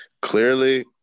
clearly